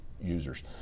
users